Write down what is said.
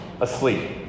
asleep